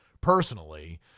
personally